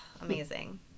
amazing